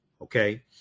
okay